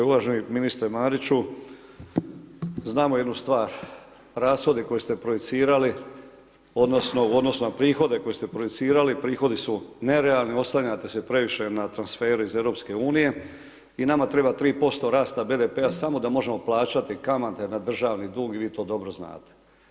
Uvaženi ministru Mariću, znamo jednu stvar, rashodi koje ste projicirali odnosno u odnosu na prihode koje ste projicirali, prihodi su nerealni, oslanjate se previše na transfere iz EU i nama treba 3% rasta BDP-a samo da možemo plaćati kamate na državni dug i vi to dobro znate.